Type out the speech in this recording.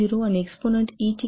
0 आणि exponent E ची 1